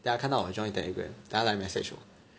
then 他看到我 join Telegram then 他来 message 我